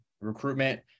Recruitment